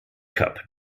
cup